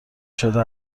شده